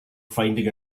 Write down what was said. finding